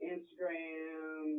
Instagram